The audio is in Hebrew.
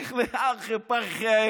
ארחי-פרחי.